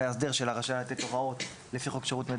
המאסדר שלה רשאי לתת הוראות לפי חוק שירות מידע